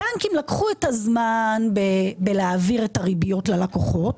הבנקים לקחו את הזמן בלהעביר את הריביות ללקוחות.